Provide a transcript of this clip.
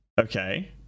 okay